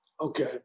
Okay